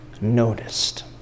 noticed